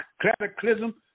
cataclysm